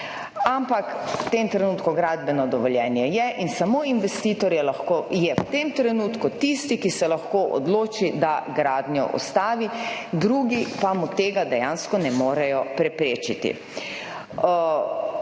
ampak v tem trenutku gradbeno dovoljenje je in samo investitor je lahko, je v tem trenutku tisti, ki se lahko odloči, da gradnjo ustavi, drugi pa mu tega dejansko ne morejo preprečiti.